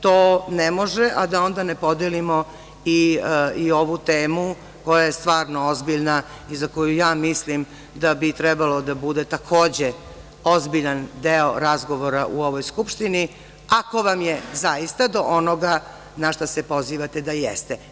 To ne može a da onda ne podelimo i ovu temu koja je stvarno ozbiljna i za koju ja mislim da bi trebalo da bude, takođe, ozbiljan deo razgovora u ovoj Skupštini, ako vam je zaista do onoga na šta se pozivate da jeste.